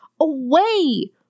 away